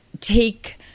take